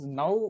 now